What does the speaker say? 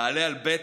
תעלה על ב'